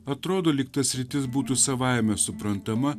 atrodo lyg ta sritis būtų savaime suprantama